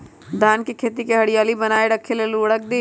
धान के खेती की हरियाली बनाय रख लेल उवर्रक दी?